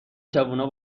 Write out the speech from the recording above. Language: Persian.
جوونا